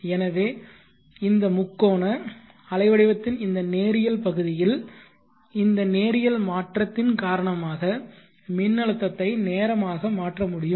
எனவே இந்த முக்கோண அலைவடிவத்தின் இந்த நேரியல் பகுதியில் இந்த நேரியல் மாற்றத்தின் காரணமாக மின்னழுத்தத்தை நேரமாக மாற்ற முடியும்